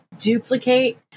duplicate